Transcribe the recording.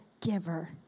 giver